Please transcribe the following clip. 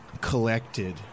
collected